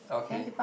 okay